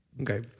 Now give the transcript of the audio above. Okay